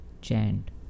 chant